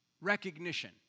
recognition